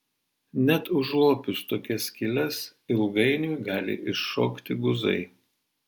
net užlopius tokias skyles ilgainiui gali iššokti guzai